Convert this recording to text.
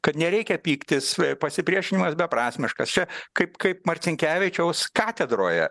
kad nereikia pyktis pasipriešinimas beprasmiškas čia kaip kaip marcinkevičiaus katedroje